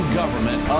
government